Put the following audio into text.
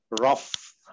rough